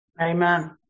Amen